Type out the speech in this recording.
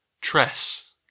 Tress